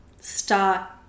start